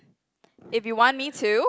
if you want me to